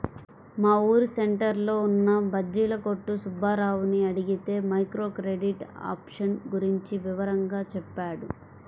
మా ఊరు సెంటర్లో ఉన్న బజ్జీల కొట్టు సుబ్బారావుని అడిగితే మైక్రో క్రెడిట్ ఆప్షన్ గురించి వివరంగా చెప్పాడు